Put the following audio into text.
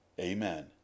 Amen